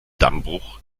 dammbruch